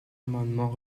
amendement